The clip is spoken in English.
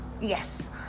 Yes